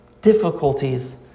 difficulties